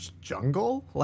jungle